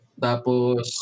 Tapos